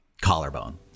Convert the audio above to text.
collarbone